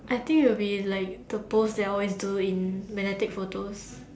I think it'll be like the post that I always do in magnetic photos